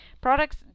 products